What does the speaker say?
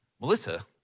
Melissa